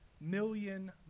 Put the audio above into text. million